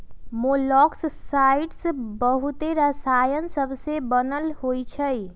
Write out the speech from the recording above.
मोलॉक्साइड्स बहुते रसायन सबसे बनल होइ छइ